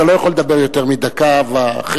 אתה לא יכול לדבר יותר מדקה וחצי.